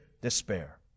despair